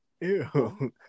Ew